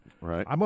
Right